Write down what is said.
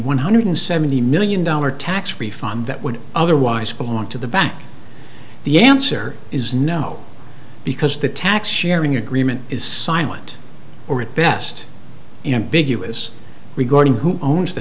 one hundred seventy million dollar tax refund that would otherwise belong to the back the answer is no because the tax sharing agreement is silent or at best ambiguous regarding who owns the